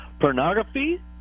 Pornography